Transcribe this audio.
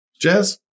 Jazz